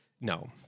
no